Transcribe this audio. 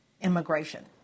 immigration